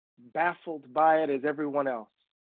baffled by it as everyone else.